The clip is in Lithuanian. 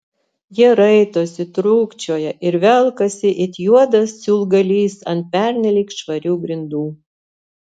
jie raitosi trūkčioja ir velkasi it juodas siūlgalys ant pernelyg švarių grindų